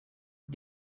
but